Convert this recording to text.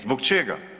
Zbog čega?